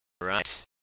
right